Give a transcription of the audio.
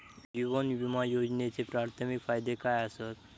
जीवन विमा योजनेचे प्राथमिक फायदे काय आसत?